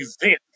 event